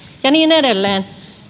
ja niin edelleen